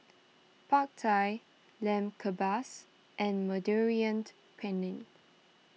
Pad Thai Lamb Kebabs and Mediterranean Penne